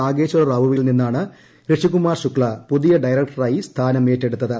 നാഗേശ്വര റാവുവിൽ നിന്നാണ് ഋഷികുമാർ ശുക്സ പുതിയ് ഡയറക്ടറായി സ്ഥാനമേറ്റെടുത്തത്